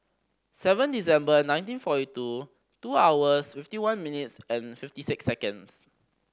seven December nineteen forty two two hours fifty one minutes and fifty six seconds